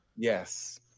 Yes